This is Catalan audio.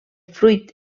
fruit